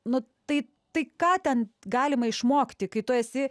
nu tai tai ką ten galima išmokti kai tu esi